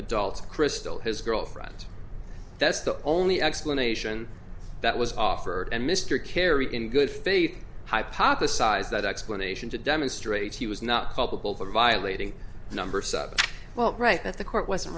adult crystal his girlfriend that's the only explanation that was offered and mr kerry in good faith hypothesized that explanation to demonstrate he was not culpable for violating number of sub well right that the court wasn't